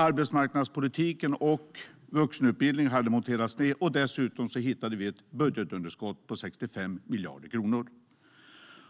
Arbetsmarknadspolitiken och vuxenutbildningen hade monterats ned, och dessutom hittade vi ett budgetunderskott på 65 miljarder kronor.